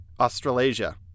Australasia